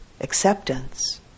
acceptance